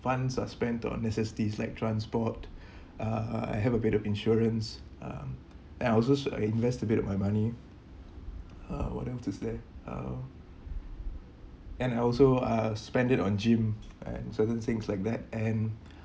funds are spent on necessities like transport uh I have a bit of insurances uh and I also invest a bit of my money uh whatever to say uh and also uh spend it on gym and certain things like that and